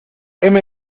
heme